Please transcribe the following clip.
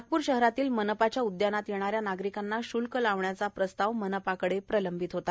उदयान श्ल्क नागप्र शहरातील मनपाच्या उदयानात येणाऱ्या नागरिकांना शल्क लावण्याचा प्रस्ताव मनपा कडे प्रलंबित होता